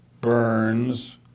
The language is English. Burns